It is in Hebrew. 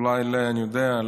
אני יודע,